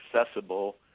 accessible